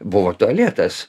buvo tualetas